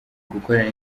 gukorana